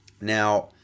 now